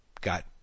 got